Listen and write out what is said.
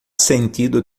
sentido